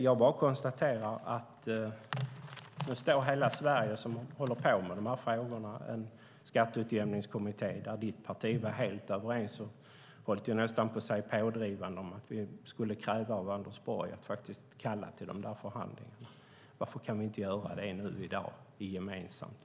Jag konstaterar också att i Skatteutjämningskommittén var Fredrik Schultes parti helt överens och, höll jag nästan på att säga, pådrivande om att vi skulle kräva av Anders Borg att faktiskt kalla till de där förhandlingarna. Varför kan vi inte göra det gemensamt nu i dag?